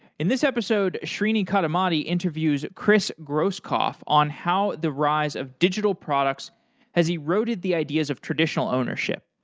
in this episode, srini kadamati interviews chris groskopf on how the rise of digital products has eroded the ideas of traditional ownership.